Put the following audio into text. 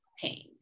pain